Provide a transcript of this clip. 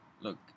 look